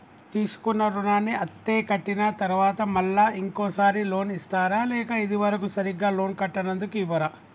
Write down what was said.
తీసుకున్న రుణాన్ని అత్తే కట్టిన తరువాత మళ్ళా ఇంకో సారి లోన్ ఇస్తారా లేక ఇది వరకు సరిగ్గా లోన్ కట్టనందుకు ఇవ్వరా?